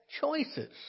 choices